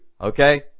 Okay